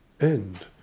end